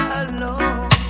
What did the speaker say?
alone